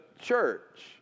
church